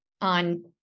on